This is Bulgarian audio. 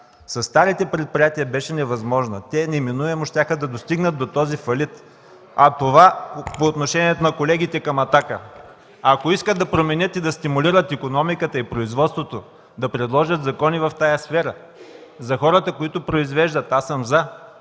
старите предприятия беше невъзможна. Те неминуемо щяха да достигнат до този фалит. По отношение на колегите от „Атака”. Ако искат да променят и да стимулират икономиката и производството, да предложат закони в тази сфера за хората, които произвеждат. Аз съм „за”